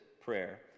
prayer